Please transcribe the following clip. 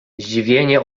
zdziwienie